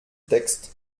texte